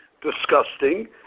disgusting